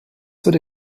would